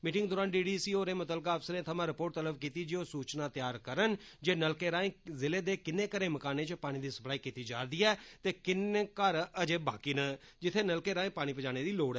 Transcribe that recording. meeting दौरान DDC होरें मुत्तलका अफसरें थमां रिर्पोट तलब कीती जे ओह् सूचना तैयार करन जे नलके राएं जिले दे किन्ने घरें मकानें च पानी दी सप्लाई कीती जा'रदी ऐ ते किन्ने घर अजें बाकी न जित्थै नलकें राएं पानी पजाने दी लोड़ ऐ